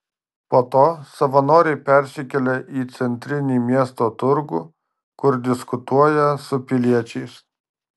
po to savanoriai persikelia į centrinį miesto turgų kur diskutuoja su piliečiais